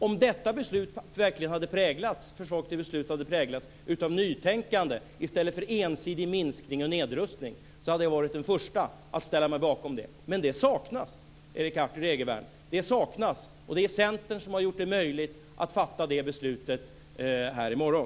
Om detta förslag till beslut verkligen hade präglats av nytänkande i stället för ensidig minskning och nedrustning, hade jag varit den förste att ställa mig bakom det. Men det saknas, Erik Arthur Egervärn. Det saknas. Och det är Centern som har gjort det möjligt att fatta det beslutet i morgon.